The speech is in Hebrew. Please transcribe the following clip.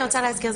אני רוצה להזכיר,